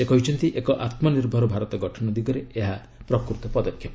ସେ କହିଛନ୍ତି ଏକ ଆତ୍ମନିର୍ଭର ଭାରତ ଗଠନ ଦିଗରେ ଏହା ପ୍ରକୃତ ପଦକ୍ଷେପ